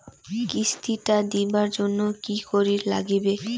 কিস্তি টা দিবার জন্যে কি করির লাগিবে?